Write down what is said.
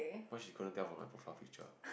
cause she couldn't tell from my profile picture